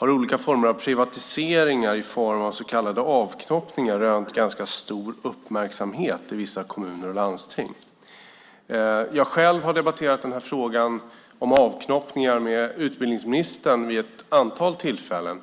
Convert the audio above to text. olika former av privatiseringar i form av så kallade avknoppningar rönt stor uppmärksamhet i vissa kommuner och landsting. Jag har själv debatterat frågan om avknoppningar med utbildningsministern vid ett antal tillfällen.